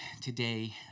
today